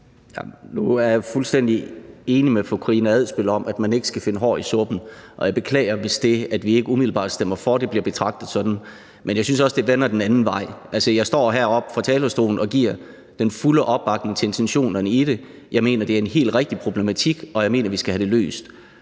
Hvelplund (EL): Nu er jeg fuldstændig enig med fru Karina Adsbøl i, at man ikke skal finde hår i suppen, og jeg beklager, at hvis det, at vi ikke umiddelbart stemmer for det, bliver betragtet sådan. Men jeg synes også, at det vender den anden vej. Jeg står heroppe fra talerstolen og giver den fulde opbakning til intentionerne i det. Jeg mener, det er en helt rigtig problematik, og jeg mener, vi skal have det løst.